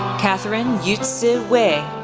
katherine yuci wei,